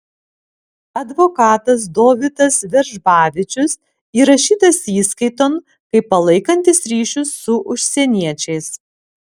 advokatas dovydas veržbavičius įrašytas įskaiton kaip palaikantis ryšius su užsieniečiais